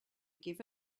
give